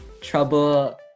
trouble